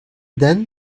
then